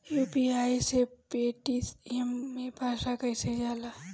UPI से Paytm मे पैसा कइसे जाला?